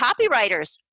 copywriters